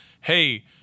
hey